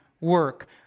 work